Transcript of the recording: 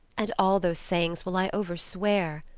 and all those sayings will i over-swear,